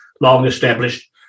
long-established